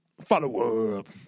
Follow-up